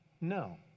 no